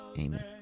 amen